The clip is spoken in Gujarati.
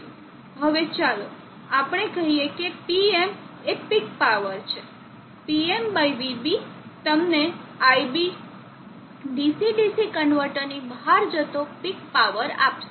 હવે ચાલો આપણે કહીએ કે Pm એ પીક પાવર છે PmvB તમને iB DC DC કન્વર્ટરની બહાર જતો પીક પાવર આપશે